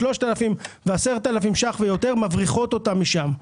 3,000 ו-10,000 שקלים ויותר מבריחות אותה משם.